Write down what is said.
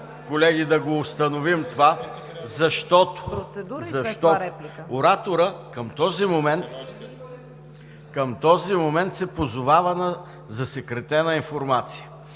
колеги, да установим това, защото ораторът към този момент се позовава на засекретена информация,